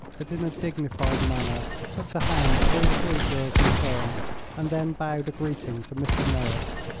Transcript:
but in a dignified manner took the hand of all three girls in turn and then bowed a greeting to mr. merrick.